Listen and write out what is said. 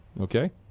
Okay